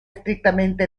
estrictamente